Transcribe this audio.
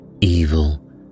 evil